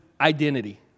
identity